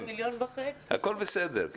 הכל בסדר.